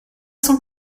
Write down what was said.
cent